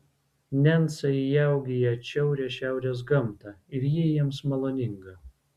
nencai įaugę į atšiaurią šiaurės gamtą ir ji jiems maloninga